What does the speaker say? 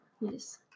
Yes